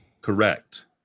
correct